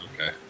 okay